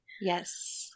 Yes